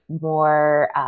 more